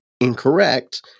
incorrect